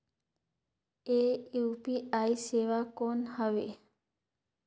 ये यू.पी.आई सेवा कौन हवे?